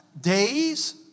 days